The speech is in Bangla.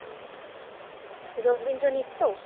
হুম রবীন্দ্র নৃত্য